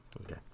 okay